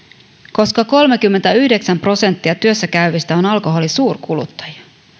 koska kolmekymmentäyhdeksän prosenttia työssäkäyvistä on alkoholin suurkuluttajia